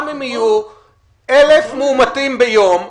גם אם יהיו 1,000 מאומתים ביום,